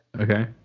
Okay